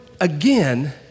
again